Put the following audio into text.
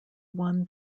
won